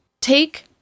take